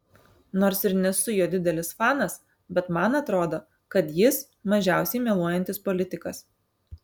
nors ir nesu jo didelis fanas bet man atrodo kad jis mažiausiai meluojantis politikas